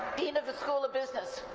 dean of the school of business.